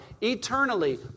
eternally